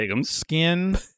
skin